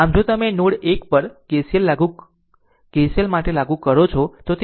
આમ જો તમે નોડ 1 પર KCL માટે શું લાગુ કરો છો તો તે i1 છે